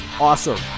awesome